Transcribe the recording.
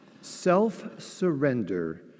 self-surrender